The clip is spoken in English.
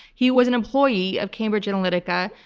he was an employee of cambridge analytica,